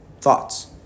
thoughts